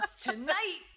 tonight